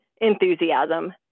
enthusiasm